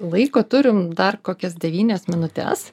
laiko turim dar kokias devynias minutes